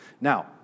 Now